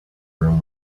room